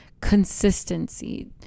Consistency